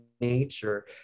nature